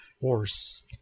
Horse